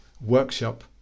workshop